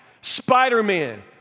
Spider-Man